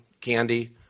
candy